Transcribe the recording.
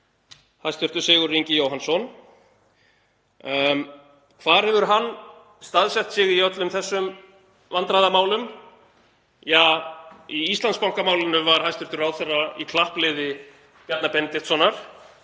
ráðherra Sigurður Ingi Jóhannsson. Hvar hefur hann staðsett sig í öllum þessum vandræðamálum? Ja, í Íslandsbankamálinu var hæstv. ráðherra í klappliði Bjarna Benediktssonar,